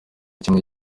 kimwe